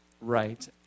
right